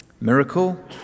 miracle